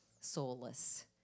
soulless